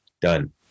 done